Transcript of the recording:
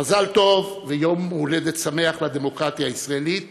מזל טוב ויום הולדת שמח לדמוקרטיה הישראלית